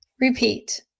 repeat